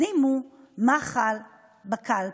שימו מחל בקלפי.